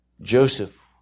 Joseph